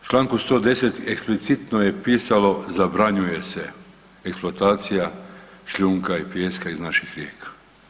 U čl. 110. eksplicitno je pisalo „zabranjuje se eksploatacija šljunka i pijeska iz naših rijeka“